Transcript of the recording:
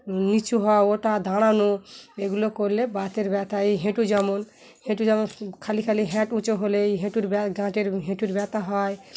নিচু হওয়া ওটা দাঁড়ানো এগুলো করলে বাতের ব্যথা এই হেঁটু যেমন হাঁটু যেমন খালি খালি হাঁটু উঁচু হলে এই হাঁটুর ব্যা গাঁটের হাঁটুর ব্যথা হয়